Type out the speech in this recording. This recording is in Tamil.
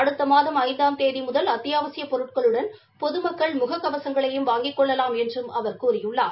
அடுத்த மாதம் ஐந்தாம் தேதி முதல் அத்தியாவசியப் பொருட்களுடன் பொதுமக்கள் முக கவசங்களை வாங்கிக் கொள்ளலாம் என்றும் அவர் கூறியுள்ளார்